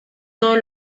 todo